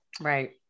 Right